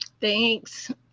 Thanks